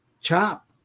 chop